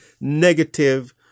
negative